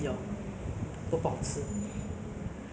那个有什么猪骨的那摊我觉得是不错 ah